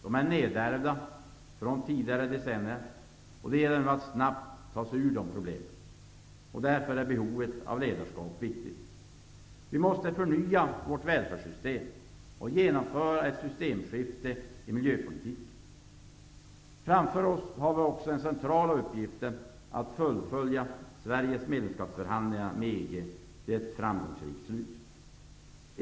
De är nedärvda från tidigare decennier, och det gäller nu att snabbt ta sig ur dem. Ledarskap är därför viktigt. Vi måste förnya våra välfärdssystem och genomföra ett systemskifte i miljöpolitiken. Framför oss har vi också den centrala uppgiften att föra Sveriges medlemskapsförhandlingar med EG till ett framgångsrikt slut.